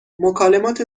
مکالمات